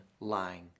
lying